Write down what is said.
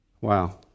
Wow